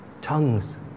Tongues